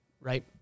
right